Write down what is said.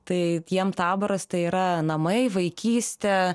tai jiem taboras tai yra namai vaikystė